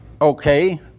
Okay